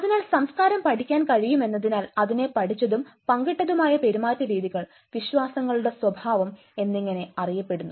അതിനാൽ സംസ്കാരം പഠിക്കാൻ കഴിയുമെന്നതിനാൽ അതിനെ പഠിച്ചതും പങ്കിട്ടതുമായ പെരുമാറ്റരീതികൾ വിശ്വാസങ്ങളുടെ സ്വഭാവം എന്നിങ്ങനെ അറിയപ്പെടുന്നു